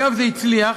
אגב, זה הצליח.